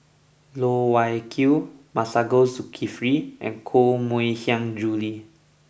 Loh Wai Kiew Masagos Zulkifli and Koh Mui Hiang Julie